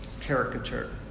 caricature